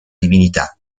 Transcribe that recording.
divinità